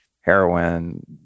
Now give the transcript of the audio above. heroin